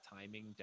timing